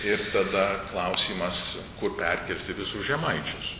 ir tada klausimas kur perkelsi visus žemaičius